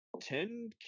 Ten